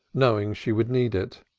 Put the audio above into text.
knowing she would need it.